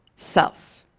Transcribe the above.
self.